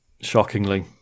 Shockingly